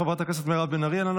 חברת הכנסת גלית דיסטל אטבריאן,